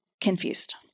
confused